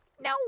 No